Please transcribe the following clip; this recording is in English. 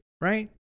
right